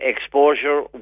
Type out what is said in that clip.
exposure